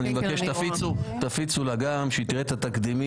אני מבקש שתפיצו לה גם שתראה את התקדימים.